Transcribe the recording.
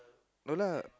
no lah